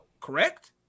correct